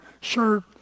shirt